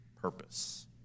purpose